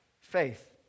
Faith